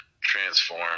Transform